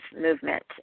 movement